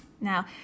Now